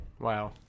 Wow